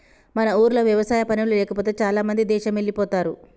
మన ఊర్లో వ్యవసాయ పనులు లేకపోతే చాలామంది దేశమెల్లిపోతారు